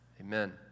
Amen